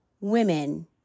women